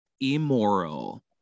immoral